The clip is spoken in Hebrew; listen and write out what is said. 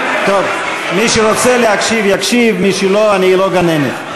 מי שרוצה להקשיב יקשיב, מי שלא, אני לא גננת.